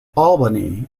albany